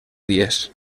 dies